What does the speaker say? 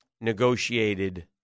Negotiated